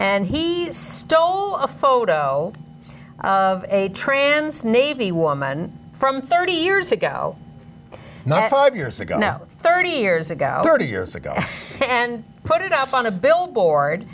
and he stole a photo of a trans navy woman from thirty years ago not five years ago now thirty years ago thirty years ago and put it up on a billboard